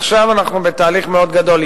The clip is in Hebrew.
עכשיו אנחנו בתהליך מאוד גדול.